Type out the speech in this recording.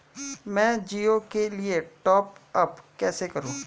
मैं जिओ के लिए टॉप अप कैसे करूँ?